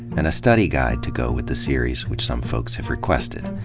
and a study guide to go with the series, which some folks have requested.